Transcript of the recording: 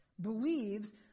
believes